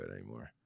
anymore